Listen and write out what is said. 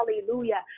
hallelujah